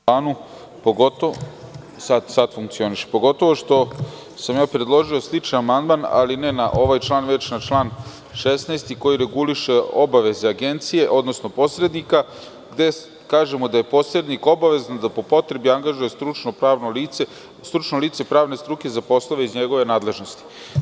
Javljam se po ovom amandmanu, pogotovo što sam predložio sličan amandman ali ne na ovaj član, već na član 16, koji reguliše obaveze Agencije, odnosno posrednika, gde kažemo da je posrednik obavezan da po potrebi angažuje stručno lice pravne struke za poslove iz njegove nadležnosti.